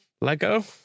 Lego